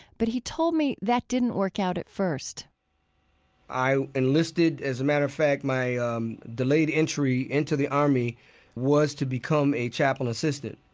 but he told me that didn't work out at first i enlisted. as a matter of fact, my ah um delayed entry into the army was to become a chaplain assistant,